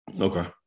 Okay